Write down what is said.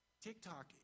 TikTok